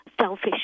selfish